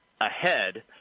ahead